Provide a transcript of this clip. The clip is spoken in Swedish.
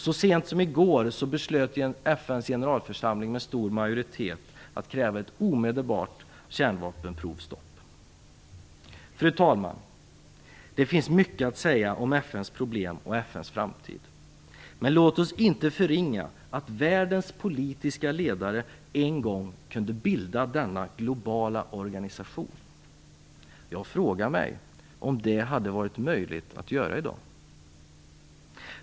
Så sent som i går beslutade FN:s generalförsamling med stor majoritet att kräva ett omedelbart kärnvapenprovstopp. Fru talman! Det finns mycket att säga om FN:s problem och FN:s framtid. Men låt oss inte förringa att världens politiska ledare en gång kunde bilda denna globala organisation. Jag frågar mig om det hade varit möjligt att göra i dag.